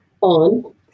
on